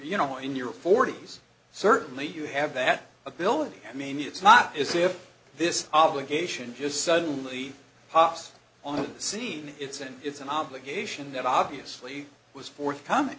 you know in your forty's certainly you have that ability i mean it's not as if this obligation just suddenly pops on the scene it's an it's an obligation that obviously was forthcoming